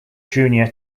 junior